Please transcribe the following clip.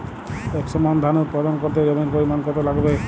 একশো মন ধান উৎপাদন করতে জমির পরিমাণ কত লাগবে?